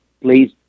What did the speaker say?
please